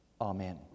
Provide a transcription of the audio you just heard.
Amen